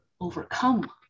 overcome